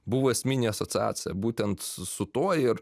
buvo esminė asociacija būtent s su tuo ir